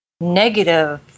negative